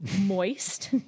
moist